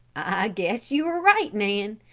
guess you are right, nan.